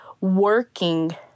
working